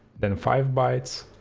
then five bites,